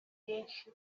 byinshi